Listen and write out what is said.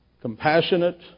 compassionate